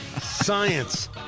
Science